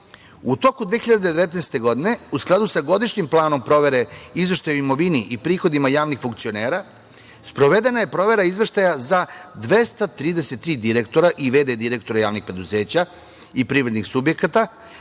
toku 2019. godine, u skladu sa Godišnjim planom provere Izveštaja o imovini i prihodima javnih funkcionera, sprovedena je provera izveštaja za 233 direktora i v.d. direktora javnih preduzeća i privrednih subjekata